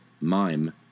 Mime